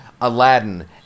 Aladdin